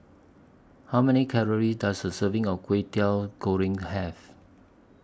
How Many Calories Does A Serving of Kway Teow Goreng Have